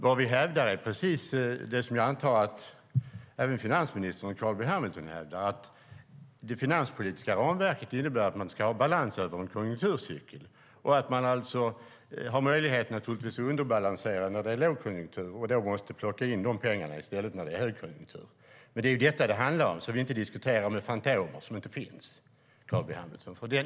Vad vi hävdar är precis det jag antar att även finansministern och Carl B Hamilton hävdar, nämligen att det finanspolitiska ramverket innebär att man ska ha balans över en konjunkturcykel. Man ska alltså ha möjlighet att underbalansera när det är lågkonjunktur och i stället plocka in de pengarna när det är högkonjunktur. Det är detta det handlar om. Man ska inte diskutera med fantomer som inte finns, Carl B Hamilton.